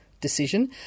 decision